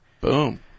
Boom